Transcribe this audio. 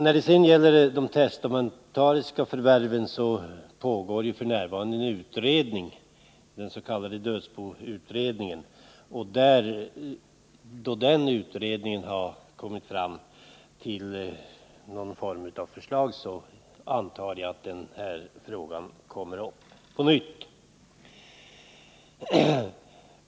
Vad beträffar de testamentariska förvärven pågår f.n. en utredning, utredningen om ställföreträdare för dödsbo. Då den utredningen har kommit med någon form av förslag antar jag att den här frågan kommer upp på nytt.